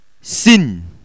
Sin